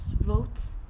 votes